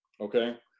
okay